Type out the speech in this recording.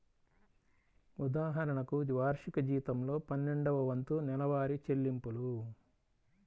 ఉదాహరణకు, వార్షిక జీతంలో పన్నెండవ వంతు నెలవారీ చెల్లింపులు